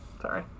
Sorry